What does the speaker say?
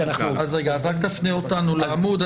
תפנה אותנו לעמוד.